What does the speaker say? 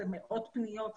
זה מאות פניות,